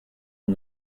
and